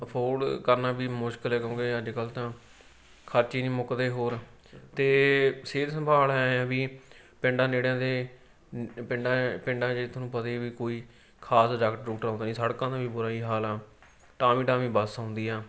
afford ਕਰਨਾ ਵੀ ਮੁਸ਼ਕਿਲ ਹੈ ਕਿਉਂਕਿ ਅੱਜ ਕੱਲ੍ਹ ਤਾਂ ਖਰਚੇ ਹੀ ਨਹੀਂ ਮੁੱਕਦੇ ਹੋਰ ਅਤੇ ਸਿਹਤ ਸੰਭਾਲ ਐਂ ਆ ਵੀ ਪਿੰਡਾਂ ਨੇੜਿਆਂ ਦੇ ਪਿੰਡਾਂ ਪਿੰਡਾਂ ਜੇ ਤੁਹਾਨੂੰ ਪਤਾ ਹੀ ਆ ਵੀ ਕੋਈ ਖਾਸ ਡਾਕਟਰ ਡੂਕਟਰ ਆਉਂਦਾ ਨਹੀਂ ਸੜਕਾਂ ਦਾ ਵੀ ਬੁਰਾ ਹੀ ਹਾਲ ਆ ਟਾਂਵੀ ਟਾਂਵੀ ਬੱਸ ਆਉਂਦੀ ਆ